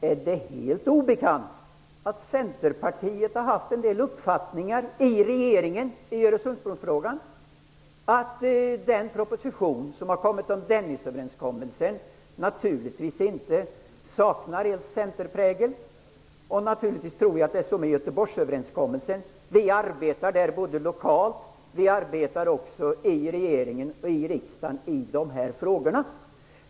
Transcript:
Är det helt obekant att Centerpartiet har haft en del uppfattningar inom regeringen i Öresundsbrofrågan, att den proposition som har kommit om Dennisöverenskommelsen inte saknar Centerprägel och att det naturligtvis är så med Göteborgsöverenskommelsen också? Vi arbetar såväl lokalt som i regeringen och i riksdagen i de här frågorna.